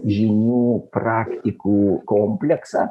žynių praktikų kompleksą